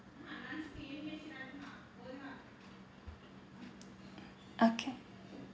okay